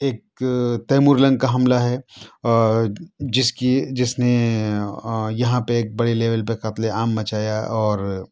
ایک تیمور لنگ کا حملہ ہے جس کی جس نے یہاں پہ ایک بڑے لیول پہ قتلِ عام مچایا اور